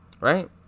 right